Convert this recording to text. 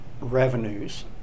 revenues